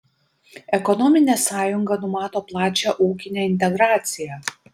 ekonominė sąjunga numato plačią ūkinę integraciją